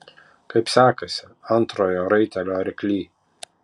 kaip sekasi antrojo raitelio arkly